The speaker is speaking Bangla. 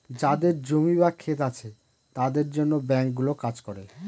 যাদের জমি বা ক্ষেত আছে তাদের জন্য ব্যাঙ্কগুলো কাজ করে